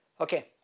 okay